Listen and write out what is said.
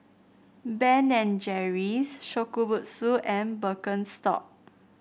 Ben and Jerry's Shokubutsu and Birkenstock